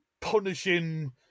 punishing